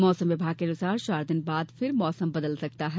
मौसम विभाग के अनुसार चार दिन बाद फिर मौसम बदल सकता है